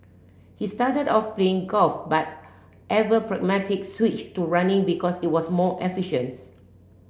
he started off playing golf but ever pragmatic switched to running because it was more efficient